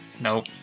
Nope